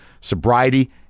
sobriety